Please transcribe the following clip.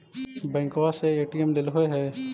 बैंकवा से ए.टी.एम लेलहो है?